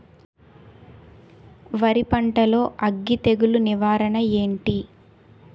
వరి పంటలో అగ్గి తెగులు నివారణ ఏంటి?